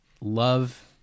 love